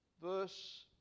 Verse